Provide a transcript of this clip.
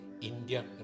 India